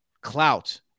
clout